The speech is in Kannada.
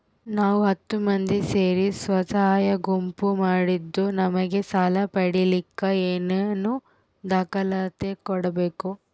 ನಾವು ಹತ್ತು ಮಂದಿ ಸೇರಿ ಸ್ವಸಹಾಯ ಗುಂಪು ಮಾಡಿದ್ದೂ ನಮಗೆ ಸಾಲ ಪಡೇಲಿಕ್ಕ ಏನೇನು ದಾಖಲಾತಿ ಕೊಡ್ಬೇಕು?